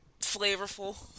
flavorful